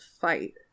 fight